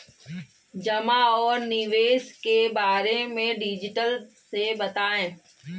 जमा और निवेश के बारे में डिटेल से बताएँ?